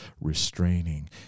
restraining